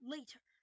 Later